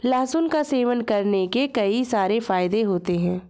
लहसुन का सेवन करने के कई सारे फायदे होते है